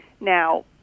Now